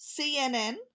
CNN